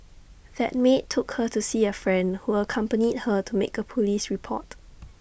that maid took her to see A friend who accompanied her to make A Police report